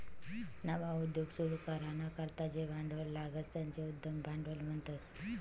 नवा उद्योग सुरू कराना करता जे भांडवल लागस त्याले उद्यम भांडवल म्हणतस